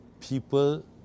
people